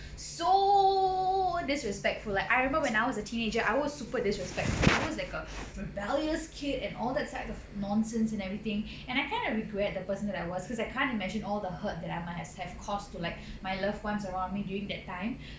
so disrespectful like I remember when I was a teenager I was super disrespectful I was like a rebellious kid and all that side of nonsense and everything and I kind of regret the person that I was because I can't imagine all the hurt that I must have caused to like my loved ones around me during that time